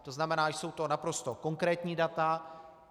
To znamená, jsou to naprosto konkrétní data.